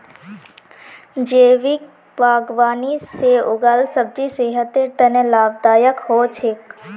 जैविक बागवानी से उगाल सब्जी सेहतेर तने लाभदायक हो छेक